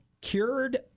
cured